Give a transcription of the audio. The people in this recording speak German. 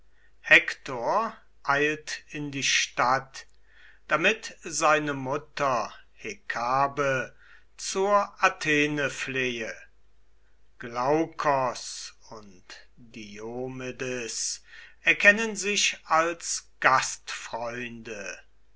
hektor eilt in die stadt damit seine mutter hekabe zur athene flehe glaukos und diomedes erkennen sich als gastfreunde